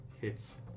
hits